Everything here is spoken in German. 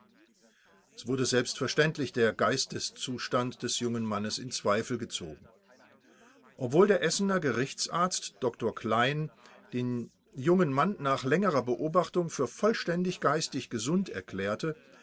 es wurde selbstverständlich der geisteszustand des jungen mannes in zweifel gezogen obwohl der essener gerichtsarzt dr klein den jungen mann nach längerer beobachtung für vollständig geistig gesund erklärte